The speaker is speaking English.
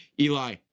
Eli